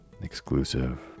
exclusive